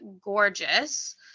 gorgeous